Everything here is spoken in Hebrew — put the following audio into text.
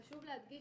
חשוב להדגיש,